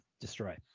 destroy